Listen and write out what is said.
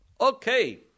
okay